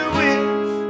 wish